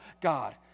God